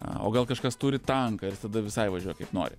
a o gal kažkas turi tanką ir jis tada visai važiuoja kaip nori